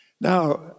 Now